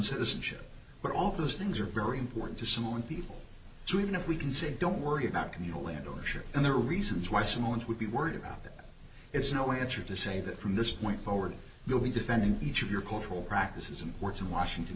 citizenship but all those things are very important to civil and people too even if we can say don't worry about communal land ownership and there are reasons why someone would be worried about that it's no answer to say that from this point forward you'll be defending each of your cultural practices and words in washington